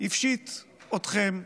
הפשיט אתכם,